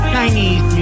Chinese